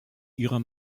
ihrer